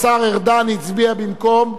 השר ארדן הצביע במקום?